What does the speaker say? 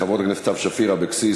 897,